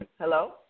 Hello